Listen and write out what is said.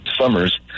summers